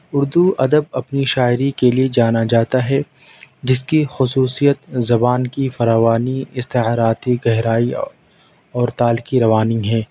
اردو ادب اپنی شاعری کے لئے جانا جاتا ہے جس کی خصوصیت زبان کی فراوانی استعاراتی گہرائی اور تال کی روانی ہے